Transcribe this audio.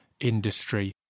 industry